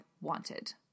wanted